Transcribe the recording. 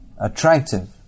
attractive